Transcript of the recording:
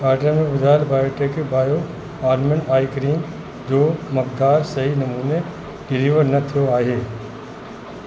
order में ॿुधाइल Biotique bio almond eye cream जो मकदार सही नमूने डिलीवर न थियो आहे